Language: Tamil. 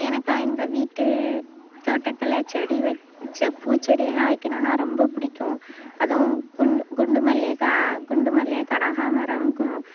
எனக்கு எங்கள் வீட்டு தோட்டத்தில் செடி வெச் பூச்செடியெல்லாம் வெக்கணும்னா ரொம்ப பிடிக்கும் அதுவும் குண்டு குண்டு மல்லி குண்டு மல்லி கனகாமரம் அப்புறம்